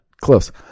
Close